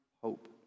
hope